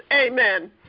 amen